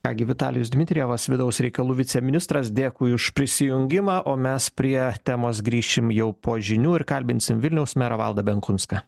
ką gi vitalijus dmitrijevas vidaus reikalų viceministras dėkui už prisijungimą o mes prie temos grįšim jau po žinių ir kalbinsim vilniaus merą valdą benkunską